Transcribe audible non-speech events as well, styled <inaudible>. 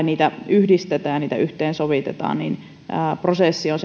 <unintelligible> niitä yhdistetään niitä yhteensovitetaan niin prosessi on <unintelligible>